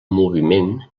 moviment